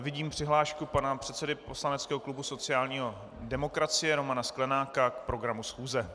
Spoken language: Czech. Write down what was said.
Vidím přihlášku pana předsedy poslaneckého klubu sociální demokracie Romana Sklenáka k programu schůze.